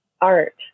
art